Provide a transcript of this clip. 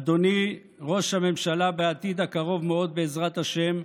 אדוני ראש הממשלה בעתיד הקרוב מאוד, בעזרת השם,